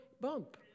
bump